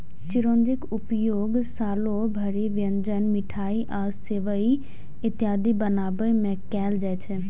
चिरौंजीक उपयोग सालो भरि व्यंजन, मिठाइ आ सेवइ इत्यादि बनाबै मे कैल जाइ छै